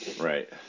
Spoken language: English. Right